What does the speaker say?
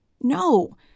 No